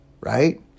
right